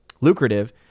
lucrative